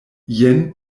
jen